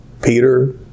Peter